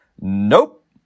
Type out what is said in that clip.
Nope